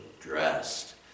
dressed